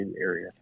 area